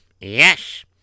Yes